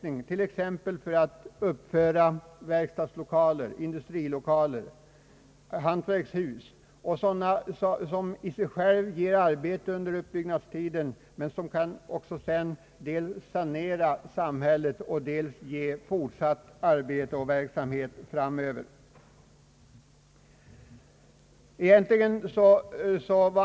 De skulle till exempel kunna uppföra verkstadslokaler, industrilokaler och hantverkshus, alltså projekt som ger arbete under uppbyggnadstiden men som också sanerar samhället och kan ge fortsatta arbetstillfällen fram Över.